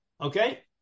Okay